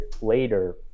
later